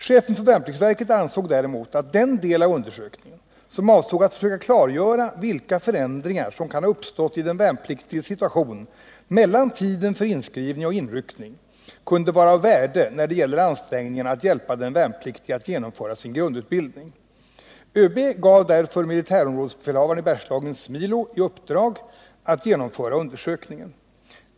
Chefen för värnpliktsverket ansåg däremot att den del av undersökningen som avsåg att försöka klargöra vilka förändringar som kan ha uppstått i den värnpliktiges situation mellan tiden för inskrivning och inryckning kunde vara av värde när det gäller ansträngningarna att hjälpa den värnpliktige att genomföra sin grundutbildning. Överbefälhavaren gav därför militärområdesbefälhavaren i Bergslagens militärområde i uppdrag att genomföra undersökningen.